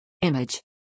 Image